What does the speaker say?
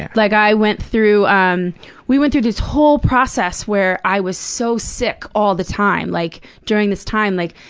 and like, i went through um we went through this whole process where i was so sick all the time, like, during this time. like,